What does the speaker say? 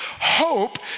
Hope